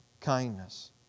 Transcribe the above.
kindness